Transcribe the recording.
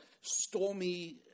stormy